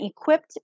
equipped